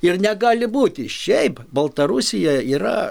ir negali būti šiaip baltarusija yra